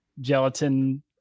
gelatin